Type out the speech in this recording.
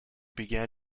began